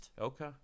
Okay